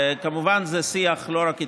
כמובן שזה שיח לא רק איתנו.